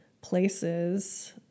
places